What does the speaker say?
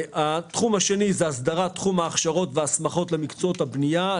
התחום השני זה הסדרת תחום ההכשרות וההסמכות למקצועות הבנייה.